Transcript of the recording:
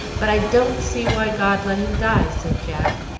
but i don't see why god let him die, said jack,